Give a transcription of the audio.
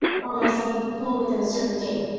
or must it be pulled within a certain date?